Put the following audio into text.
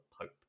Pope